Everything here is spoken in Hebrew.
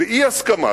לפעמים באי-הסכמה,